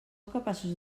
capaços